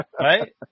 right